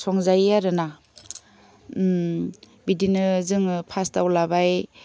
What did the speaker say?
संजायो आरो ना बिदिनो जोङो फार्स्टआव लाबाय